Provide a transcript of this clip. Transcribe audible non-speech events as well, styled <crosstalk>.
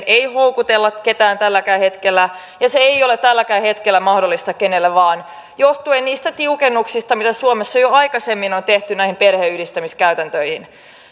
<unintelligible> ei houkutella ketään tälläkään hetkellä eikä se ole tälläkään hetkellä mahdollista kenelle vaan johtuen niistä tiukennuksista mitä suomessa jo aikaisemmin on tehty näihin perheenyhdistämiskäytäntöihin